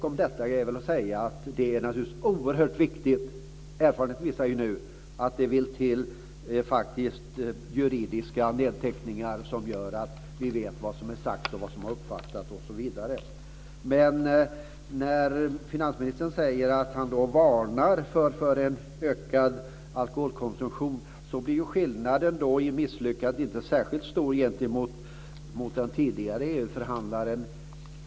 Om detta är att säga att det naturligtvis är oerhört viktigt att det sker juridiska nedteckningar som gör att vi vet vad som är sagt och vad som är uppfattat osv. Det visar erfarenheten. När finansministern säger att han varnar för en ökad alkoholkonsumtion blir skillnaden i misslyckande inte särskilt stor i förhållande till den tidigare EU-förhandlaren.